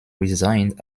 resigned